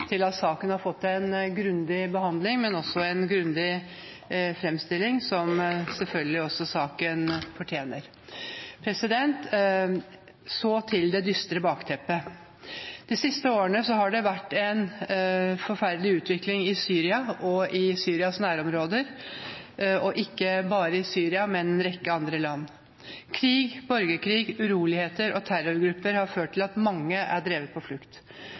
til at saken har fått en grundig behandling og er gitt den grundige framstillingen som den selvfølgelig fortjener. Så til det dystre bakteppet. De siste årene har det vært en forferdelig utvikling i Syria og i Syrias nærområder – og ikke bare der, men i en rekke land. Krig, borgerkrig, uroligheter og terrorgrupper har ført til at mange er drevet på flukt.